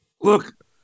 Look